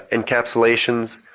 encapsulations.